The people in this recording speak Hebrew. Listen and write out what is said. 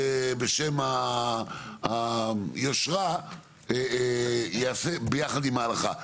בשם היושרה, ייעשה ביחד עם ההלכה.